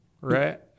right